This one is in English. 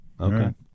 Okay